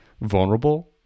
vulnerable